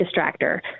distractor